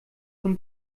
von